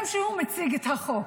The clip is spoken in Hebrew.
גם כשהוא מציג את החוק,